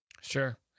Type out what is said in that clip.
Sure